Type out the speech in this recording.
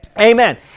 Amen